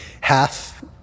half